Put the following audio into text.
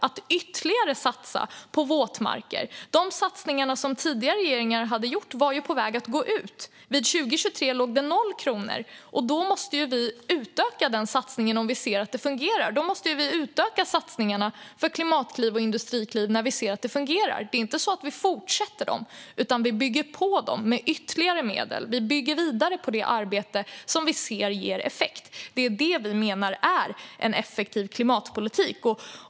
Det handlar om att satsa ytterligare på våtmarker. De satsningar som tidigare regeringar hade gjort var ju på väg att gå ut. Vid 2023 låg det noll kronor. Då måste vi ju utöka den satsningen om vi ser att den fungerar. Vi måste utöka satsningarna på Klimatklivet och Industriklivet när vi ser att de fungerar. Vi fortsätter dem inte, utan vi bygger på dem med ytterligare medel. Vi bygger vidare på det arbete som vi ser ger effekt. Det är detta vi menar är en effektiv klimatpolitik.